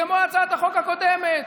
כמו הצעת החוק הקודמת,